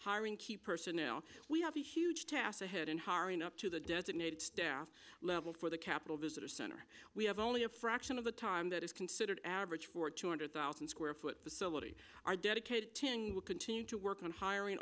hiring key personnel we have a huge task ahead in hiring up to the designated staff level for the capitol visitor center we have only a fraction of the time that is considered average for two hundred thousand square foot facility are dedicated to angle continued to work on hiring